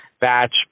batch